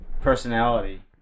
personality